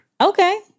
Okay